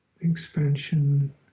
expansion